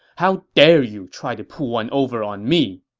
how dare you try to pull one over on me!